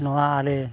ᱱᱚᱣᱟᱨᱮ